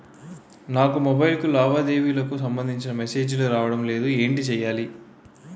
నాకు మొబైల్ కు లావాదేవీలకు సంబందించిన మేసేజిలు రావడం లేదు ఏంటి చేయాలి?